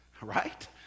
right